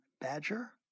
Badger